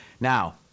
Now